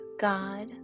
God